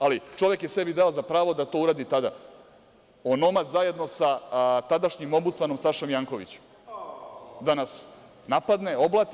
Ali, čovek je sebi dao za pravo da to uradi tada, onomad zajedno sa tadašnjim ombdusmanom, Sašom Jankovićem, da nas napadne, oblati.